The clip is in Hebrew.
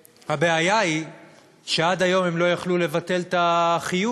והבעיה היא שעד היום הם לא יכלו לבטל את החיוב